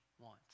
want